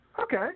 Okay